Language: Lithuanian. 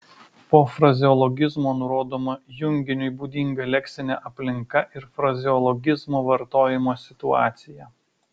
po frazeologizmo nurodoma junginiui būdinga leksinė aplinka ir frazeologizmo vartojimo situacija